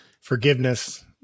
forgiveness